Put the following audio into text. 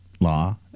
Law